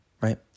right